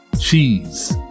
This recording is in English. Cheese